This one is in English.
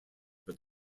but